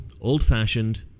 old-fashioned